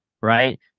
Right